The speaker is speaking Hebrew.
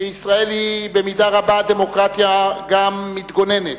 שישראל היא במידה רבה דמוקרטיה, גם מתגוננת.